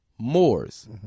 Moors